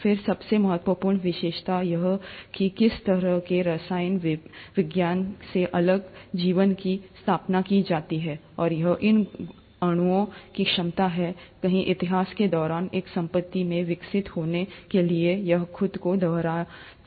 फिर सबसे महत्वपूर्ण विशेषता यह थी कि किस तरह के रसायन विज्ञान से अलग जीवन की स्थापना की जाती है और यह इन अणुओं की क्षमता है कहीं इतिहास के दौरान एक संपत्ति में विकसित होने के लिए यह खुद को दोहरा सकती है